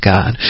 God